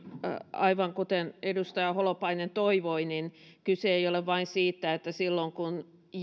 aivan kuten edustaja holopainen toivoi kyse ei ole vain siitä että silloin kun